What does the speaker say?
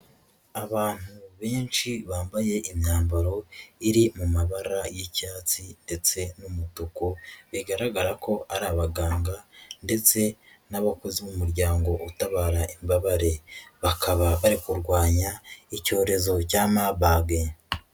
Abantu benshi bambaye imyambaro iri mu mabara y'icyatsi ndetse n'umutuku, bigaragara ko ari abaganga ndetse n'abakozi bo mu muryango utabara imbabare, bakaba bari kurwanya icyorezo cya Marburg.